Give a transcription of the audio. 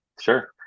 Sure